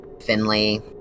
Finley